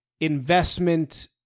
investment